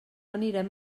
anirem